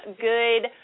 good